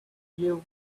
you